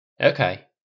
Okay